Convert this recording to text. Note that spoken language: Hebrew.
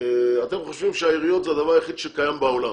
אתם חושבים שהעיריות זה הדבר היחיד שקיים בעולם.